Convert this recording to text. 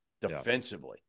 defensively